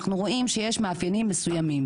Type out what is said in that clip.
אנחנו רואים שיש מאפיינים מסוימים,